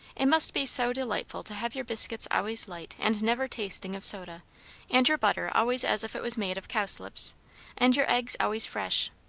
it must be so delightful to have your biscuits always light and never tasting of soda and your butter always as if it was made of cowslips and your eggs always fresh.